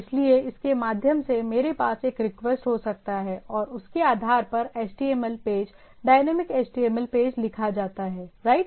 इसलिए इसके माध्यम से मेरे पास एक रिक्वेस्ट हो सकता है और उसके आधार पर HTML page dynamic HTML page लिखा जाता है राइट